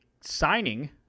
signing